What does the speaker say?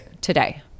Today